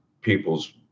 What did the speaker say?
people's